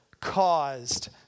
caused